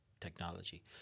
technology